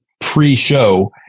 pre-show